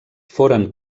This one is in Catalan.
foren